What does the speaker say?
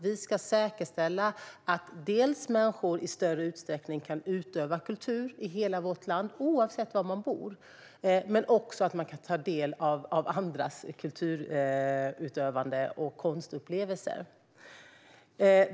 Vi ska säkerställa att människor i större utsträckning kan utöva kultur i hela vårt land, oavsett var man bor, men också ta del av andras kulturutövande och konstupplevelser.